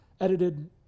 edited